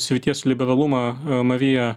srities liberalumą marija